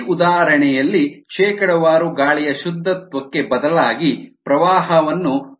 ಈ ಉದಾಹರಣೆಯಲ್ಲಿ ಶೇಕಡಾವಾರು ಗಾಳಿಯ ಶುದ್ಧತ್ವಕ್ಕೆ ಬದಲಾಗಿ ಪ್ರವಾಹವನ್ನು ನೇರವಾಗಿ ನೀಡಲಾಗುತ್ತದೆ